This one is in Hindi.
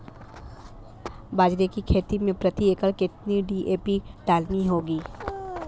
बाजरे की खेती में प्रति एकड़ कितनी डी.ए.पी डालनी होगी?